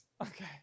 Okay